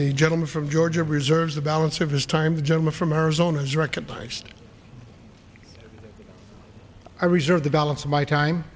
the gentleman from georgia reserves the balance of his time the gentleman from arizona is recognized i reserve the balance of my time